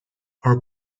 our